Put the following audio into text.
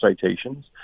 citations